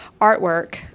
artwork